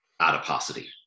adiposity